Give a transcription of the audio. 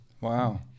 Wow